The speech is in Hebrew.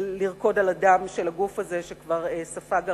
לרקוד על הדם של הגוף הזה, שכבר ספג הרבה.